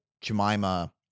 Jemima